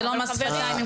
זה לא מס שפתיים,